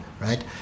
right